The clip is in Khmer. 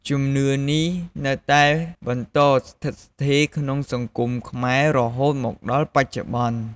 ជំនឿនេះនៅតែបន្តស្ថិតស្ថេរក្នុងសង្គមខ្មែររហូតមកដល់បច្ចុប្បន្ន។